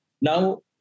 Now